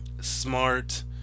smart